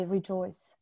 rejoice